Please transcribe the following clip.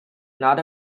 not